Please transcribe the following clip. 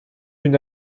une